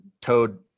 toad